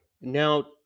Now